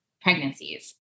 pregnancies